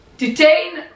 Detain